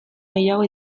gehiago